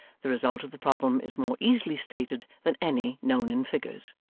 the result of the problem is more easily stated than any known in figures.